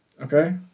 Okay